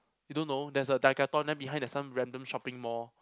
you don't know there's a Decathlon then behind there's some random shopping mall